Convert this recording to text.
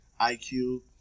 IQ